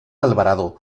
alvarado